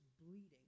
bleeding